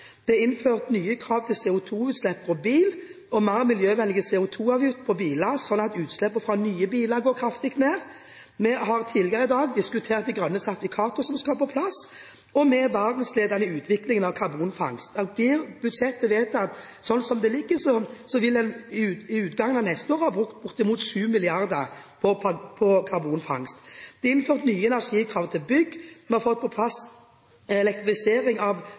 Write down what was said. Det er innført nye krav til CO2-utslipp for bil og mer miljøvennlige CO2-avgifter på bil, sånn at utslippene fra nye biler går kraftig ned. Vi har tidligere i dag diskutert grønne sertifikater som skal på plass, og vi er verdensledende i utviklingen av karbonfangst. Blir budsjettet vedtatt sånn som det ligger, vil en ved utgangen av neste år ha brukt bortimot 7 mrd. kr på karbonfangst. Det er innført nye energikrav til bygg. Vi har fått på plass elektrifisering av